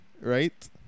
right